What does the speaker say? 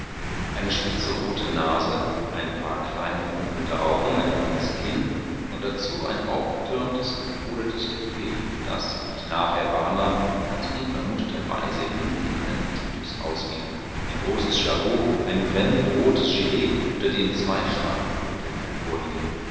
eine spitze rote nase ein paar kleine funkelnde augen ein langes kinn und dazu ein aufgetürmtes gepudertes toupet das wie ich nachher wahrnahm ganz unvermuteterweise hinten in einen titus ausging ein großes jabot ein brennendrotes gilet unter dem zwei starke uhrketten hervorhingen